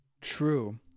true